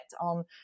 on